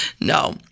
No